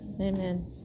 Amen